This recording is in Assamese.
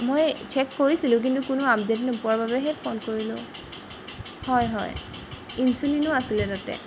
মই চেক কৰিছিলোঁ কিন্তু কোনো আপডেট নোপোৱাৰ বাবেহে ফোন কৰিলোঁ হয় হয় ইনঞ্চুলিনো আছিলে তাতে